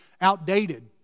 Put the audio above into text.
outdated